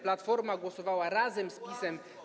Platforma głosowała razem z PiS-em.